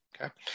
Okay